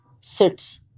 sits